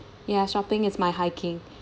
ya shopping is my hiking